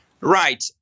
Right